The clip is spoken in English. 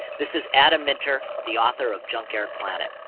this is adam minter, the author of junkyard planet.